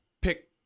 pick